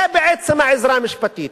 זה בעצם העזרה המשפטית,